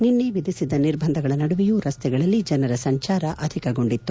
ನಿನ್ನೆ ವಿಧಿಸಿದ್ದ ನಿರ್ಬಂಧಗಳ ನಡುವೆಯೂ ರಸ್ತೆಗಳಲ್ಲಿ ಜನರ ಸಂಚಾರ ಅಧಿಕಗೊಂಡಿತ್ತು